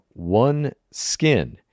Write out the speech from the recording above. OneSkin